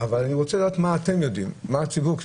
אבל אני רוצה לדעת מה אתם יודעים, מה הציבור יודע?